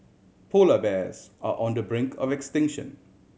polar bears are on the brink of extinction